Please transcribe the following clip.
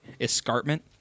escarpment